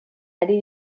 ari